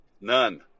None